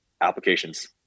Applications